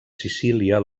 sicília